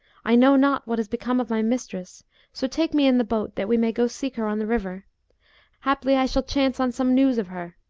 i know not what is become of my mistress so take me in the boat, that we may go seek her on the river haply i shall chance on some news of her.